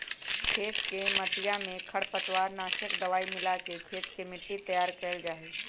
खेत के मटिया में खरपतवार नाशक दवाई मिलाके खेत के मट्टी तैयार कइल जाहई